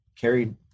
Carried